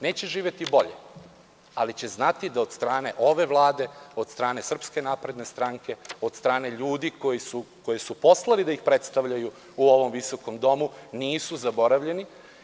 Neće živeti bolje, ali će znati da od strane ove Vlade, od strane SNS, od strane koje su poslali da ih predstavljaju u ovom visokom domu nisu zaboravljeni.